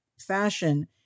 fashion